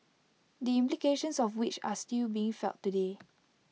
the implications of which are still being felt today